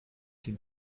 den